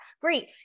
great